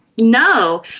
no